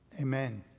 Amen